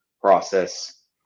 process